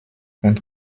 und